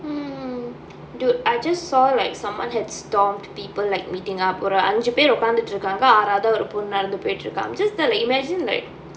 mmhmm dude I just saw like someone had stormed people like meeting up ஒரு அஞ்சு பேரு ஒட்காந்திருந்தாங்க ஆறாவதா ஒரு பொண்ணு நடந்து பெற்றிருக்கா:oru anju paeru odkkaanthirunthaanga aaraavathaa oru ponnu nadanthu petrirukkaa I'm just there like imagine like